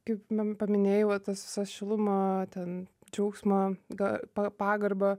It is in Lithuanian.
kaip pa paminėjai va tas visas šilumą ten džiaugsmo ga pa pagarbą